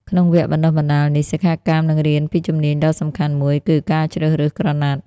ក្នុងវគ្គបណ្តុះបណ្តាលនេះ សិក្ខាកាមនឹងរៀនពីជំនាញដ៏សំខាន់មួយគឺ ការជ្រើសរើសក្រណាត់។